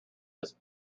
this